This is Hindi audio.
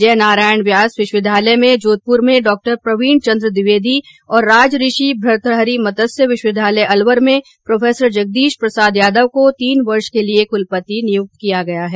जय नारायण व्यास विश्वविद्यालय जोधपुर में डॉ प्रवीण चन्द्र त्रिवेदी और राजऋषि भर्तृहारे मत्स्य विश्वविद्यालय अलवर में प्रो जगदीश प्रसाद यादव को तीन वर्ष के लिए कुलपति नियुक्त किया गया है